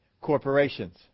corporations